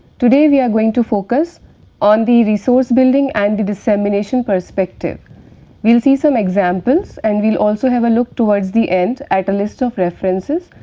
today we are going to focus on the resource building and the dissemination perspective. we will see some examples and we will also have a look towards the end at a list of references,